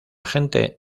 gente